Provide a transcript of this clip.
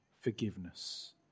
forgiveness